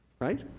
right?